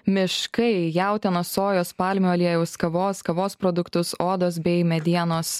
miškai jautienos sojos palmių aliejaus kavos kavos produktus odos bei medienos